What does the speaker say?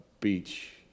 beach